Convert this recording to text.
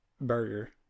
burger